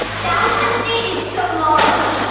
valentine's day is tomorrow.